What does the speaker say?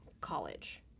college